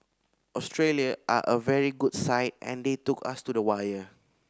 Australia are a very good side and they took us to the wire